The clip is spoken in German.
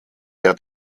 der